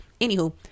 Anywho